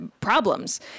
problems